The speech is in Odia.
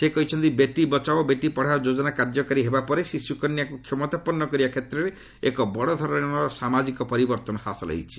ସେ କହିଛନ୍ତି ବେଟି ବଚାଓ ବେଟି ପଢ଼ାଓ ଯୋଜନା କାର୍ଯ୍ୟକାରୀ ହେବାପରେ ଶିଶୁକନ୍ୟାକୁ କ୍ଷମତାପନ୍ନ କରିବା କ୍ଷେତ୍ରରେ ଏକ ବଡ଼ଧରଣର ସାମାଜିକ ପରିବର୍ତ୍ତନ ହାସଲ ହୋଇଛି